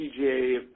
PGA